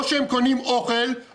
או שהם קונים אוכל,